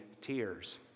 tears